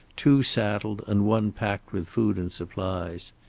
two saddled, and one packed with food and supplies.